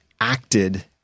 acted